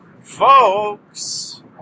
folks